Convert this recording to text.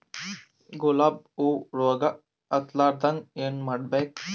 ಗುಲಾಬ್ ಹೂವು ರೋಗ ಹತ್ತಲಾರದಂಗ ಏನು ಮಾಡಬೇಕು?